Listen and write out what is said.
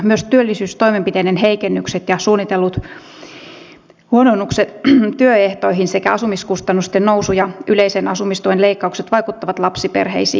myös työllisyystoimenpiteiden heikennykset ja suunnitellut huononnukset työehtoihin sekä asumiskustannusten nousu ja yleisen asumistuen leikkaukset vaikuttavat lapsiperheisiin